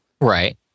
Right